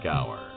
Hour